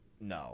no